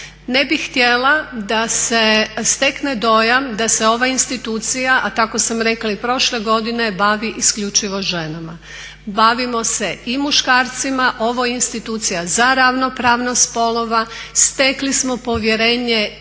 Ne bih htjela da se stekne dojam da se ova institucija a tako sam rekla i prošle godine bavi isključivo ženama. Bavimo se i muškarcima, ovo je institucija za ravnopravnost spolova, stekli smo povjerenje